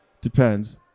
Depends